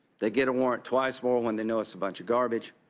they get a warrant twice more when they know it's a bunch of garbage.